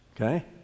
Okay